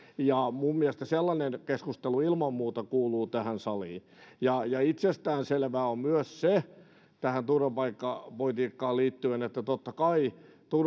ja minun mielestäni sellainen keskustelu ilman muuta kuuluu tähän saliin itsestään selvää tähän turvapaikkapolitiikkaan liittyen on myös se että totta kai